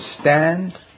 stand